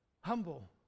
Humble